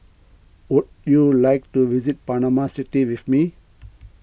would you like to visit Panama City with me